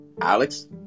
Alex